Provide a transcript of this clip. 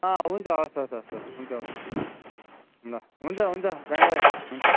हुन्छ हवस् हवस् हवस् हवस् हुन्छ हुन्छ ल हुन्छ हुन्छ राज भाइ हुन्छ